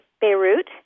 Beirut